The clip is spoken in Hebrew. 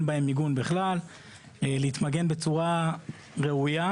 בהם מיגון בכלל להתמגן בצורה ראויה,